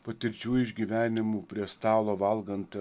patirčių išgyvenimų prie stalo valgant